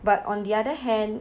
but on the other hand